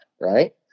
right